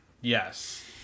Yes